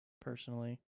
personally